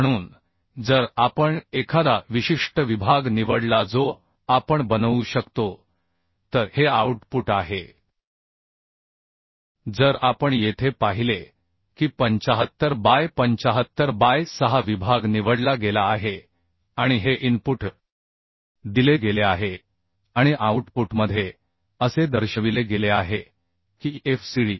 म्हणून जर आपण एखादा विशिष्ट विभाग निवडला जो आपण बनवू शकतो तर हे आउटपुट आहे जर आपण येथे पाहिले की 75 बाय 75 बाय 6 विभाग निवडला गेला आहे आणि हे इनपुट दिले गेले आहे आणि आउटपुटमध्ये असे दर्शविले गेले आहे की FCD